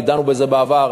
דנו בזה בעבר,